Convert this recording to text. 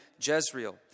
Jezreel